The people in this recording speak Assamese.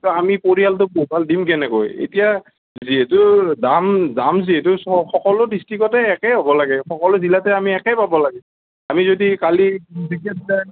আমি পৰিয়ালটো পোহপাল দিম কেনেকৈ এতিয়া যিহেতু দাম দাম যিহেতু সকলো ডিষ্ট্ৰিকতে একেই হ'ব লাগে সকলো জিলাতে আমি একেই পাব লাগে আমি যদি কালি